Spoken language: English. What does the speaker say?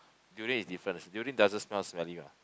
durian is different durian doesn't smell smelly [what]